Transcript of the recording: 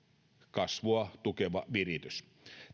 kasvua tukeva viritys